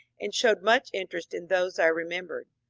and showed much interest in those i remembered.